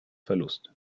verlust